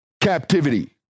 captivity